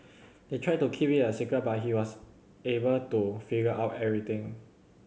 they tried to keep it a secret but he was able to figure out everything